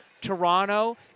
Toronto